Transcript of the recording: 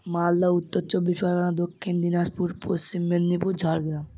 মালদা উত্তর চব্বিশ পরগণা দক্ষিণ দিনাজপুর পশ্চিম মেদিনীপুর ঝাড়গ্রাম